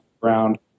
ground